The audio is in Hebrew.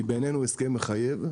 הרפורמה היא הסכם מחייב,